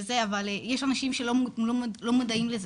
אבל יש אנשים שלא מודעים לזה.